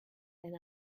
and